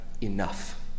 enough